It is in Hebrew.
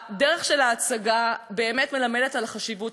הדרך של ההצגה באמת מלמדת על החשיבות,